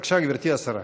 בבקשה, גברתי השרה.